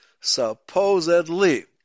Supposedly